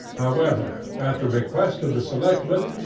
however, at the request of the selectmen,